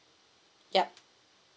yup